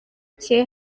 cye